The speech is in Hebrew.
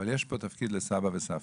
אבל יש פה תפקיד לסבא וסבתא.